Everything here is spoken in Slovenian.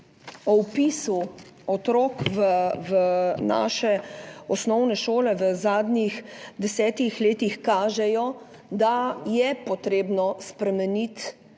o vpisu otrok v naše osnovne šole v zadnjih desetih letih res kažejo, da je potrebno spremeniti